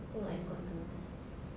you tengok aircon itu